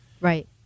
right